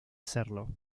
hacerlo